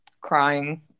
crying